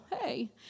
hey